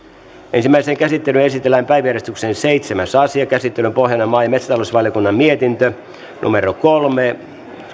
ensimmäiseen käsittelyyn esitellään päiväjärjestyksen seitsemäs asia käsittelyn pohjana on maa ja metsätalousvaliokunnan mietintö kolme